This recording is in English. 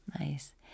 Nice